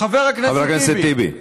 חבר הכנסת טיבי, חבר הכנסת טיבי.